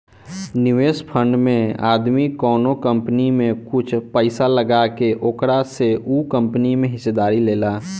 निवेश फंड में आदमी कवनो कंपनी में कुछ पइसा लगा के ओकरा से उ कंपनी में हिस्सेदारी लेला